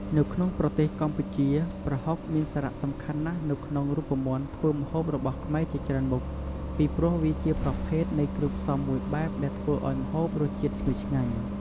នៅក្នុងប្រទេសកម្ពុជា ប្រហុកមានសារៈសំខាន់ណាស់នៅក្នុងរូបមន្តធ្វើម្ហូបរបស់ខ្មែរជាច្រើនមុខ ពីព្រោះវាជាប្រភេទនៃគ្រឿងផ្សំមួយបែបដែលធ្វេីឱ្យម្ហូបរសជាតិឈ្ងុយឆ្ងាញ់។